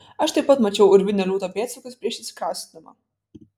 aš taip pat mačiau urvinio liūto pėdsakus prieš įsikraustydama